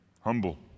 humble